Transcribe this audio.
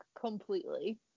completely